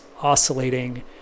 oscillating